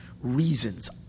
reasons